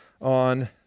on